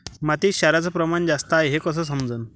मातीत क्षाराचं प्रमान जास्त हाये हे कस समजन?